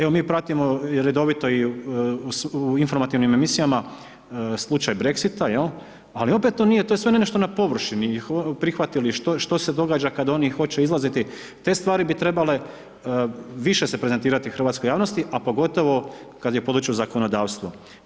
Evo mi pratimo i redovito u informativnim emisijama slučaj Brexita, ali opet to nije, to je sve nešto na površini, prihvatili i što se događa kada oni hoće izlaziti te stvari bi trebale više se prezentirati hrvatskoj javnosti a pogotovo kada je u području zakonodavstvo.